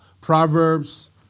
Proverbs